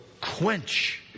quench